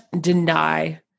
deny